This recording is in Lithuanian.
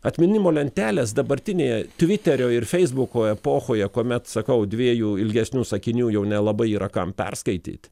atminimo lentelės dabartinėje tviterio ir feisbuko epochoje kuomet sakau dviejų ilgesnių sakinių jau nelabai yra kam perskaityt